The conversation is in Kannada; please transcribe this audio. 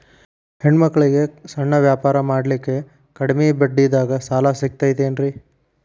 ಹೆಣ್ಣ ಮಕ್ಕಳಿಗೆ ಸಣ್ಣ ವ್ಯಾಪಾರ ಮಾಡ್ಲಿಕ್ಕೆ ಕಡಿಮಿ ಬಡ್ಡಿದಾಗ ಸಾಲ ಸಿಗತೈತೇನ್ರಿ?